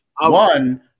one